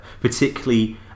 Particularly